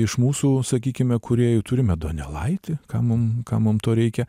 iš mūsų sakykime kūrėjų turime donelaitį kam mum kam mum to reikia